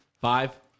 Five